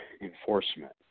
enforcement